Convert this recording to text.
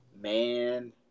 man